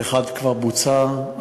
אחד כבר בוצע,